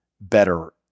better